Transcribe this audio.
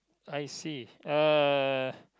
I see uh